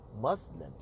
Muslims